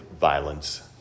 violence